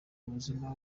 ubuzima